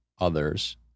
others